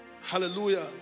hallelujah